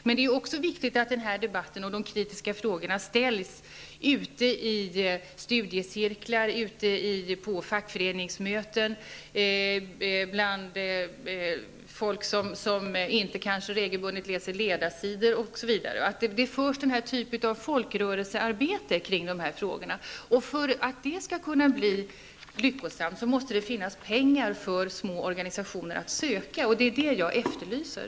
Men det är viktigt att kritiska frågor ställs ute i studiecirklar, på fackföreningsmöten och bland folk som kanske inte regelbundet läser ledarsidorna osv. samt att ett folkrörelsearbete förs kring dessa frågor. För att detta skall kunna bli lyckosamt måste det finnas pengar för små organisationer att söka. Det är vad jag efterlyser.